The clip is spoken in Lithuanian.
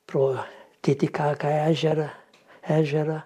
pro titikaką ežerą ežerą